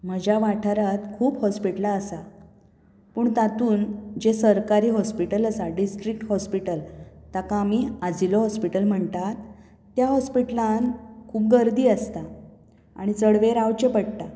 म्हज्या वाठारांत खूब हॉस्पिटलां आसा पूण तातूंत जे सरकारी हॉस्पिटल आसा डिस्ट्रिक्ट हॉस्पिटल ताका आमी आजिलो हॉस्पिटल म्हणटात त्या हॉस्पिटलान खूब गर्दी आसता आनी चड वेळ रावचें पडटा